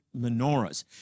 menorahs